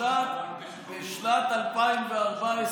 בשנת 2014,